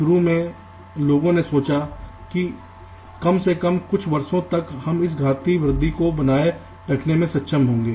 शुरू में लोगों ने सोचा कि कम से कम कुछ वर्षों तक हम इस घातीय वृद्धि को बनाए रखने में सक्षम होंगे